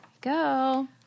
Go